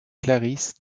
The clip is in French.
clarisses